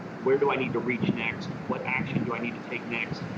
where do i need to reach next? what action do i need to take next?